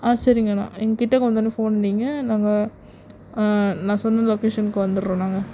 ஆ சரிங்க அண்ணா இங்கே கிட்டேக வந்தோவுன்ன ஃபோன் அடிங்க நாங்கள் நான் சொன்ன லொகேஷனுக்கு வந்துடறோம் நாங்கள்